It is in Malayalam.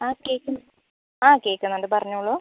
ആ കേക്കുന്ന് ആ കേക്കുന്നുണ്ട് പറഞ്ഞോളൂ